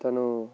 తను